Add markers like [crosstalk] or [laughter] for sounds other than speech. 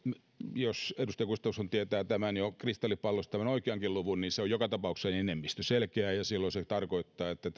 jos edustaja gustafsson tietää kristallipallosta tämän oikeankin luvun niin se on joka tapauksessa selkeä enemmistö ja silloin se tarkoittaa että [unintelligible]